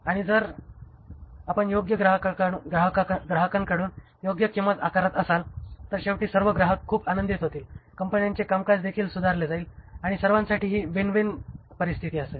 आणि जर आपण योग्य ग्राहकांकडून योग्य किंमत आकारत असाल तर शेवटी सर्व ग्राहक खूप आनंदित होतील कंपन्यांचे कामकाज देखील सुधारले जाईल आणि सर्वांसाठी ही विन विन परिस्थिती असेल